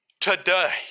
today